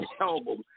album